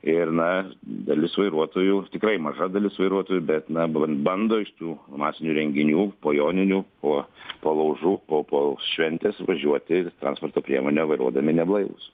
ir na dalis vairuotojų tikrai maža dalis vairuotojų bet na bando iš tų masinių renginių po joninių po po laužų po po šventės važiuoti transporto priemonę vairuodami neblaivūs